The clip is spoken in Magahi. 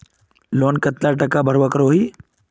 लोन कतला टाका भरवा करोही?